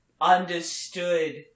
understood